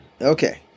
Okay